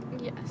yes